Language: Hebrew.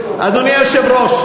אדוני היושב-ראש,